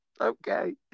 Okay